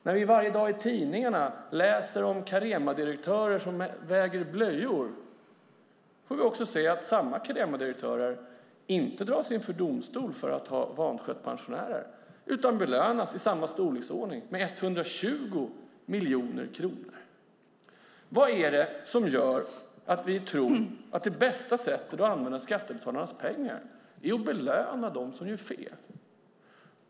När vi varje dag i tidningarna läser om Caremadirektörer som väger blöjor får vi också se att samma Caremadirektörer inte dras inför domstol för att ha vanskött pensionärer, utan de belönas i samma storleksordning, med 120 miljoner kronor. Vad är det som gör att vi tror att det bästa sättet att använda skattebetalarnas pengar är att belöna dem som gör fel?